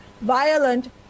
violent